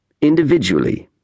Individually